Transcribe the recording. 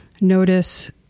notice